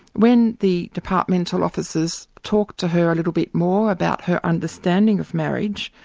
when the departmental officers talked to her a little bit more about her understanding of marriage,